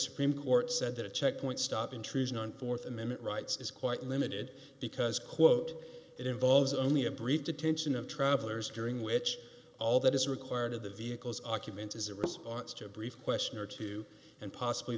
supreme court said that a checkpoint stop intrusion on fourth amendment rights is quite limited because quote it involves only a brief detention of travelers during which all that is required of the vehicles argument is a response to a brief question or two and possibly